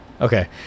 Okay